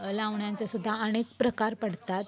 लावण्याचं सुद्धा अनेक प्रकार पडतात